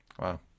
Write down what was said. Wow